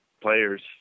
players